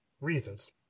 reasons